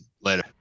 Later